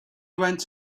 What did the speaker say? went